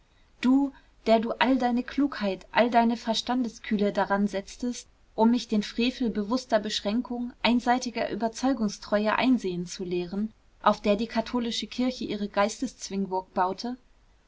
du der du all deine klugheit all deine verstandeskühle daran setztest um mich den frevel bewußter beschränkung einseitiger überzeugungstreue einsehen zu lehren auf der die katholische kirche ihre geisteszwingburg baute